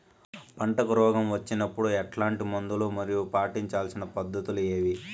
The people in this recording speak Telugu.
పంటకు రోగం వచ్చినప్పుడు ఎట్లాంటి మందులు మరియు పాటించాల్సిన పద్ధతులు ఏవి?